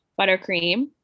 buttercream